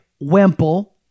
Wemple